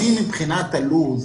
אני לא רוצה להוליך אותך שולל.